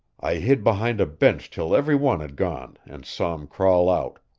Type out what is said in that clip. i hid behind a bench till every one had gone and saw em crawl out.